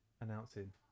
announcing